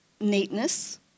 neatness